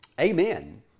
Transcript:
Amen